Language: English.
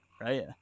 right